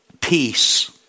peace